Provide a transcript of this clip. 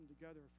together